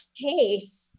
case